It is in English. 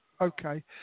Okay